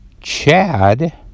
Chad